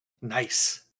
Nice